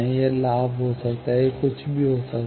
यह लाभ हो सकता है यह कुछ भी हो सकता है